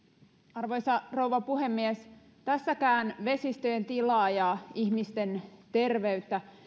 arvoisa rouva puhemies tässäkään vesistöjen tilaa ja ihmisten terveyttä